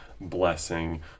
blessing